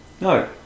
No